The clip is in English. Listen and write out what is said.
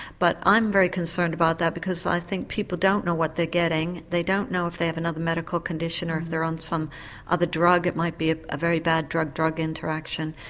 but i'm very concerned about that because i think people don't what they are getting, they don't know if they have another medical condition or if they're on some other drug, it might be a ah very bad drug-drug interaction.